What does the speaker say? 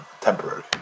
temporary